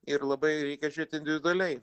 ir labai reikia žiūrėt individualiai